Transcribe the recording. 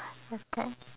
okay